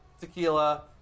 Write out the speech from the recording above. tequila